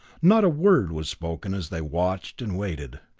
not a word was spoken as they watched and waited.